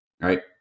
right